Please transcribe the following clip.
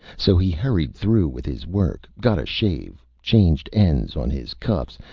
so he hurried through with his work, got a shave, changed ends on his cuffs,